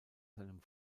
seinem